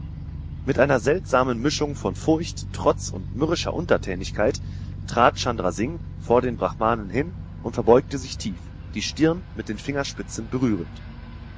mit einer seltsamen mischung von furcht trotz und mürrischer untertänigkeit trat chandra singh vor den brahmanen hin und verbeugte sich tief die stirn mit den fingerspitzen berührend